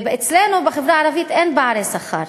ואצלנו, בחברה הערבית, אין פערי שכר